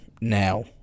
now